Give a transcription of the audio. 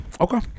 okay